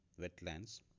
wetlands